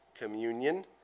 communion